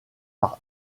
par